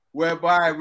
whereby